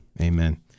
Amen